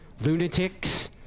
lunatics